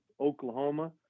Oklahoma